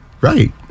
Right